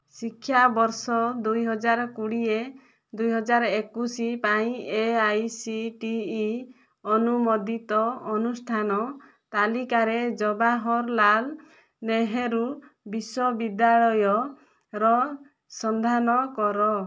ଶିକ୍ଷାବର୍ଷ ଦୁଇହଜାର କୋଡିଏ ଦୁଇହଜାର ଏକୋଇଶି ପାଇଁ A I C T E ଅନୁମୋଦିତ ଅନୁଷ୍ଠାନ ତାଲିକାରେ ଜବାହରଲାଲ ନେହେରୁ ବିଶ୍ୱବିଦ୍ୟାଳୟ ର ସନ୍ଧାନ କର